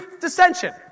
dissension